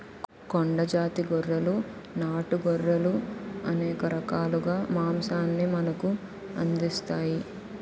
కొండ జాతి గొర్రెలు నాటు గొర్రెలు అనేక రకాలుగా మాంసాన్ని మనకు అందిస్తాయి